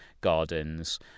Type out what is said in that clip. gardens